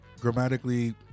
grammatically